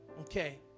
Okay